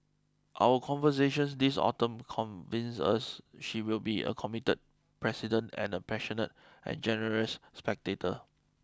our conversations this autumn convince us she will be a committed president and a passionate and generous spectator